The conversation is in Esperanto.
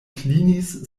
klinis